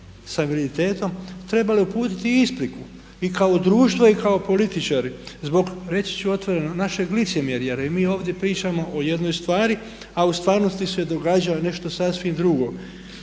sa invaliditetom trebali uputiti i ispriku i kao društvo i kao političari, zbog, reći ću otvoreno našeg licemjerja jer mi ovdje pričamo o jednoj stvari a u stvarnosti se događa nešto sasvim drugo.